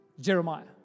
Jeremiah